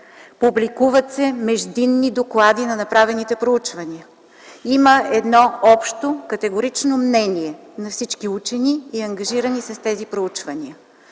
публикуват се междинни доклади на направените проучвания. Има едно общо категорично мнение на всички учени и ангажирани с тези проучвания.